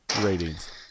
ratings